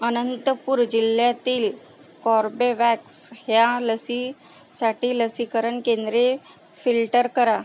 अनंतपूर जिल्ह्यातील कोर्बेवॅक्स ह्या लसीसाठी लसीकरण केंद्रे फिल्टर करा